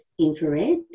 infrared